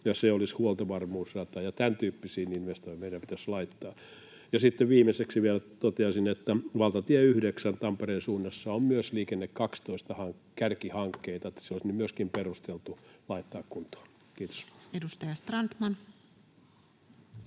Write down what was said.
se olisi huoltovarmuusrata, ja tämäntyyppisiin investointeihin meidän pitäisi laittaa. Viimeiseksi vielä toteaisin, että valtatie 9 Tampereen suunnassa on myös Liikenne 12 ‑kärkihankkeita, niin että se olisi myöskin perusteltua laittaa kuntoon. — Kiitos. [Speech